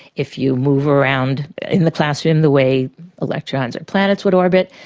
if you move around in the classroom the way electrons and planets would orbit,